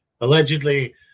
Allegedly